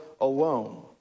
alone